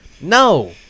No